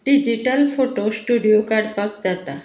digital photo studio काडपाक जाता